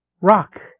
rock